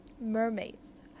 mermaids